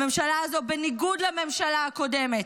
הממשלה הזו, בניגוד לממשלה הקודמת,